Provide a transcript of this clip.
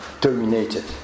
terminated